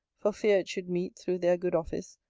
for fear it should meet, through their good office,